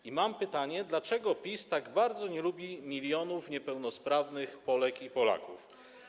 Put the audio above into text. I mam pytanie: Dlaczego PiS tak bardzo nie lubi milionów niepełnosprawnych Polek i Polaków?